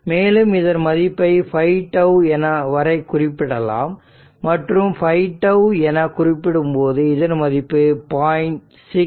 மேலும் இதன் மதிப்பை 5 τ வரை குறிப்பிடலாம் மற்றும் 5 τ என குறிப்பிடும்போது இதன் மதிப்பு 0